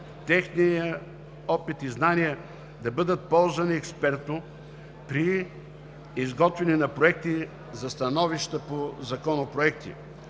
техните опит и знания да бъдат ползвани експертно при изготвяне на проекти за становища по законопроекти.